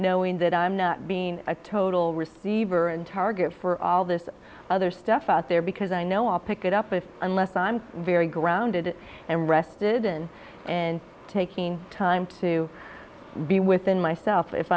knowing that i'm being a total receiver and target for all this other stuff out there because i know i'll pick it up unless i'm very grounded and rested and and taking time to be within myself if